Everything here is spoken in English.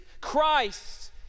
Christ